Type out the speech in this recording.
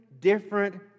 different